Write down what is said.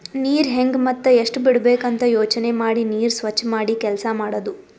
ನೀರ್ ಹೆಂಗ್ ಮತ್ತ್ ಎಷ್ಟ್ ಬಿಡಬೇಕ್ ಅಂತ ಯೋಚನೆ ಮಾಡಿ ನೀರ್ ಸ್ವಚ್ ಮಾಡಿ ಕೆಲಸ್ ಮಾಡದು